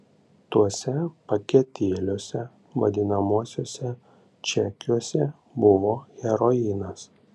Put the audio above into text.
tuose paketėliuose vadinamuosiuose čekiuose buvo heroinas